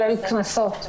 כולל קנסות.